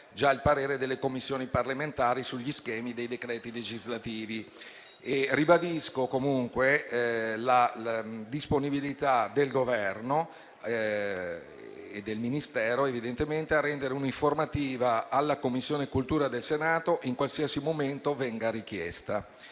il parere delle Commissioni parlamentari sugli schemi dei decreti legislativi. Ribadisco comunque la disponibilità del Governo e del Ministero a rendere un'informativa alla Commissione istruzione pubblica e beni culturali del Senato, in qualsiasi momento questa venga richiesta.